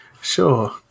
Sure